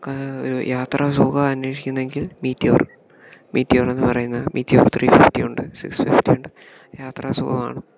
നമുക്ക് ഒരു യാത്രാസുഖം അന്വേഷിക്കുന്നതെങ്കിൽ മീറ്റിയോർ മീറ്റിയോറെന്നു പറയുന്നത് മീറ്റിയോർ ത്രീ ഫിഫ്റ്റിയുണ്ട് സിക്സ് ഫിഫ്റ്റിയുണ്ട് യാത്രാ സുഖമാണ്